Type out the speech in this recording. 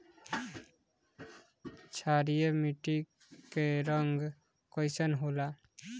क्षारीय मीट्टी क रंग कइसन होला?